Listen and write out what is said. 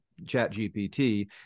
ChatGPT